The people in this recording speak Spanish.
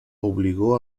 obligó